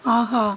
ஆஹா